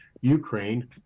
Ukraine